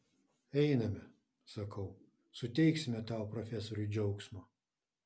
einame sakau suteiksime tavo profesoriui džiaugsmo